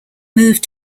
moved